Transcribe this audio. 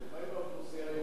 ומה עם האוכלוסייה היהודית?